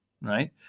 right